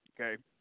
okay